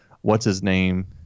what's-his-name